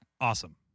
Awesome